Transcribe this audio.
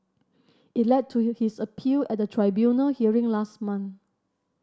it led to his appeal at a tribunal hearing last month